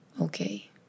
Okay